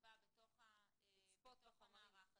שנקבע בתוך המערך הזה,